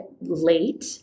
late